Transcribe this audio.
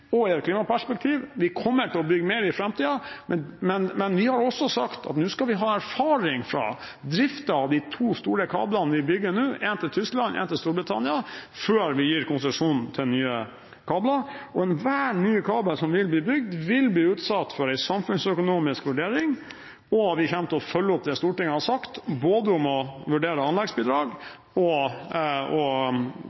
og i et klimaperspektiv; vi kommer til å bygge mer i framtiden, men vi har også sagt at nå skal vi ha erfaring fra driften av de to store kablene vi bygger nå, en til Tyskland og en til Storbritannia, før vi gir konsesjon til nye kabler. Og enhver ny kabel som vil bli bygd, vil bli utsatt for en samfunnsøkonomisk vurdering, og vi kommer til å følge opp det som Stortinget har sagt både om å vurdere anleggsbidrag